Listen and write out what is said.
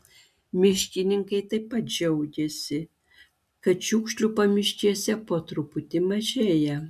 miškininkai taip pat džiaugiasi kad šiukšlių pamiškėse po truputį mažėja